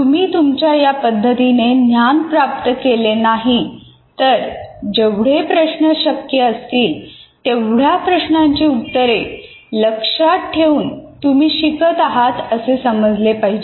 तुम्ही तुमच्या या पद्धतीने ज्ञान प्राप्त केले नाही तर जेवढे प्रश्न शक्य असतील तेवढ्या प्रश्नांची उत्तरे लक्षात ठेवून तुम्ही शिकत आहात असे समजले पाहिजे